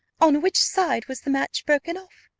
on which side was the match broken off?